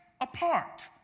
apart